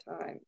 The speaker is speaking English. time